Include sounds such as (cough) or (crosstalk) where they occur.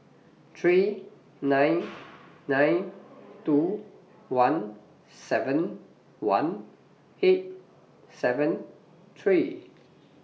three (noise) nine nine two one seven one eight seven three